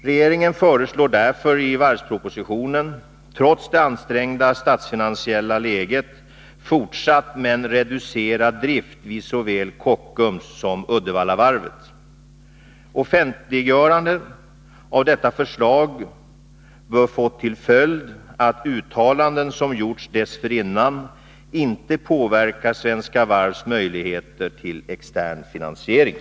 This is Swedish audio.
Regeringen föreslår därför i varvspropositionen trots det ansträngda statsfinansiella läget fortsatt men reducerad drift vid såväl Kockums som Uddevallavarvet. Offentliggörandet av detta förslag bör få till följd att uttalanden som gjorts dessförinnan inte påverkar Svenska Varvs möjligheter till extern finansiering.